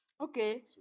Okay